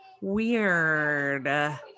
weird